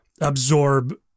absorb